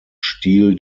stil